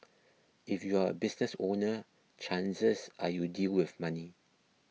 if you're a business owner chances are you deal with money